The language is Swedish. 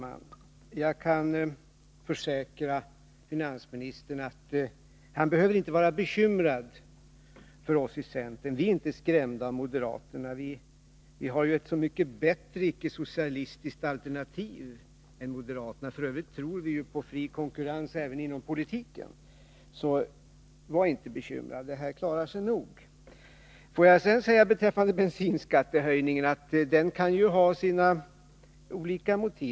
Fru talman! Jag kan försäkra finansministern att han inte behöver vara bekymrad för oss i centern. Vi är inte skrämda av moderaterna. Vi har ju ett så mycket bättre icke-socialistiskt alternativ äh moderaterna. F. ö. tror vi på fri konkurrens även inom politiken, så var inte bekymrad, det här klarar sig nog. Bensinskattehöjningen kan ju ha sina olika motiv.